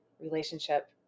relationship